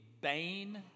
bane